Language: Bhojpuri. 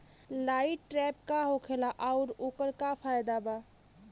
लाइट ट्रैप का होखेला आउर ओकर का फाइदा बा?